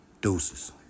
Deuces